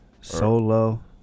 solo